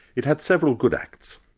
it had several good acts.